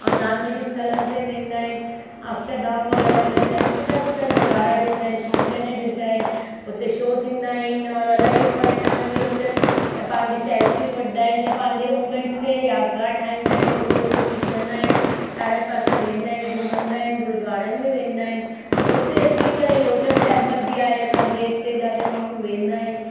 औरि धार्मिक स्थलन ते वेंदा आहिनि अक्षरधाम वग़ैरह वेंदा आहिनि सुठा सुठा नज़ारा ॾिसंदा आहिनि फाउंटेन ॾिसंदा आहिनि हुते शो थींदा आहिनि औरि इलाही पर्यटकनि जी हुते सभु पंहिंजी सैल्फियूं वठंदा आहिनि या पंहिंजे मूमेंट्स खे यादगारु ठाहींदा आहिनि फोटू वोटू खिचंदा आहिनि चारई पासे वेंदा आहिनि घुमंदा आहिनि गुरुद्वारनि में वेंदा आहिनि हुते अची करे लोटस टैंपल बि आहे असांजे हिते जिते माण्हू वेंदा आहिनि